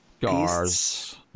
Gars